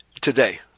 today